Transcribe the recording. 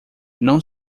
não